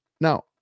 now